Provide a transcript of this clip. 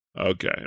Okay